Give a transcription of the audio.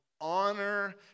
honor